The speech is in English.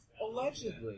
Allegedly